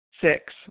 Six